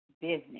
business